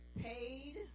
paid